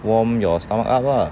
warm your stomach up lah